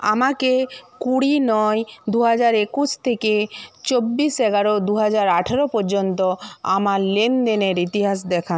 আমাকে কুড়ি নয় দুহাজার একুশ থেকে চব্বিশ এগারো দুহাজার আঠেরো পর্যন্ত আমার লেনদেনের ইতিহাস